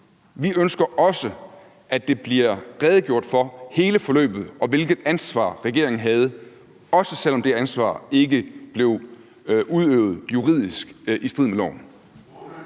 Vi ønsker også, at der bliver redegjort for hele forløbet, og hvilket ansvar regeringen havde, også selv om det ansvar ikke blev udøvet juridisk i strid med loven.